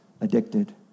addicted